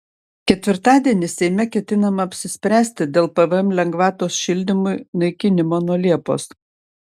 ketvirtadienį seime ketinama apsispręsti dėl pvm lengvatos šildymui naikinimo nuo liepos